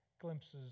glimpses